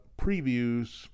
previews